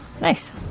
nice